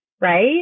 right